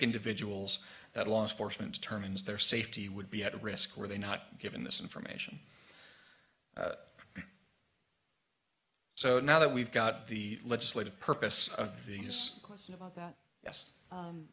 individuals that law enforcement terms their safety would be at risk are they not given this information so now that we've got the legislative purpose of these question about